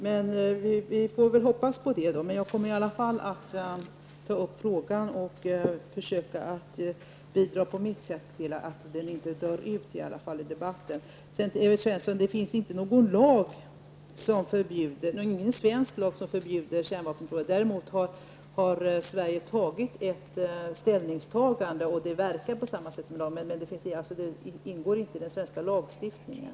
Vi får väl hoppas på det, men jag kommer i alla fall att ta upp frågan och på mitt sätt försöka bidra till att den inte dör ut i debatten. Det finns inte, Evert Svensson, någon svensk lag som förbjuder kärnvapenbestyckade fartyg. Däremot har Sverige gjort ett ställningstagande som verkar på samma sätt som en lag. Men det ingår alltså inte i den svenska lagstiftningen.